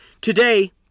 Today